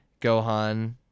Gohan